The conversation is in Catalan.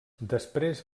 després